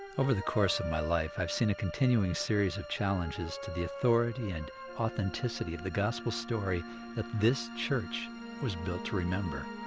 over the course of my life i've seen a continuing series of challenges to the authority. and authenticity of the gospel story that this church was built to remember.